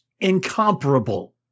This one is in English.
incomparable